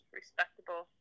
respectable